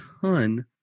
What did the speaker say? ton